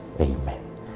Amen